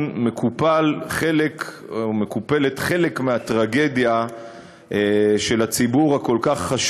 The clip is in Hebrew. מקופל חלק מהטרגדיה של הציבור החשוב כל כך,